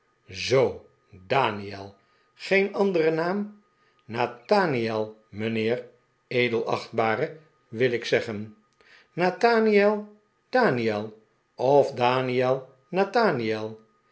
zoo daniel geen anderen naam nathaniel mijnheer edelachtbare wil ik zeggen nathaniel daniel of daniel nathaniel